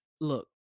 look